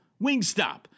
Wingstop